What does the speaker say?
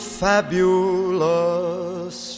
fabulous